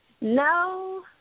No